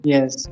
Yes